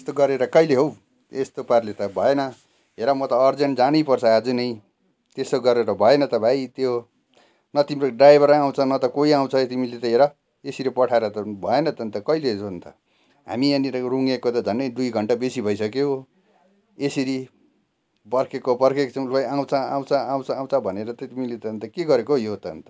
यस्तो गरेर कहिले हौ यस्तो पाराले त भएन हेर म त अर्जेन्ट जानु पर्छ आज नै त्यसो गरेर भएन त भाइ त्यो न तिम्रो ड्राइभर आउँछ न त कोही आउँछ तिमीले त हेर यसरी पठाएर त भएन त अन्त कहिले अन्त हामी यहाँनेर रुँगेको त दुई घण्टा बेसी भइसक्यो यसरी पर्खेको पर्खेकै छौँ लु है आउँछ आउँछ आउँछ भनेर त तिमीले त अन्त के गरेको हौ यो त अन्त